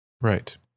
Right